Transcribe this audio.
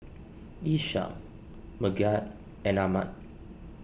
Ishak Megat and Ahmad